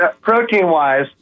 Protein-wise